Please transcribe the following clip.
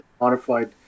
modified